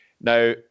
Now